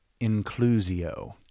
inclusio